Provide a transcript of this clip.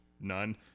None